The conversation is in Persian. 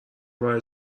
برای